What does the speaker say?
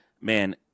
man